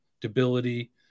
debility